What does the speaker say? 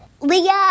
Leah